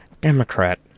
Democrat